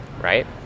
right